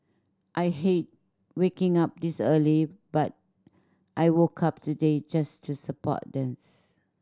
I hate waking up this early but I woke up today just to support this